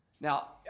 Now